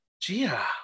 Gia